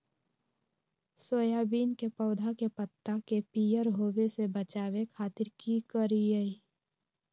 Soybean के पौधा के पत्ता के पियर होबे से बचावे खातिर की करिअई?